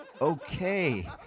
Okay